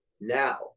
Now